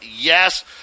yes